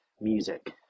Music